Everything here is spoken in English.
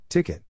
Ticket